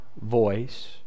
voice